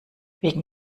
wegen